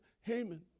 Haman